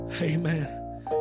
Amen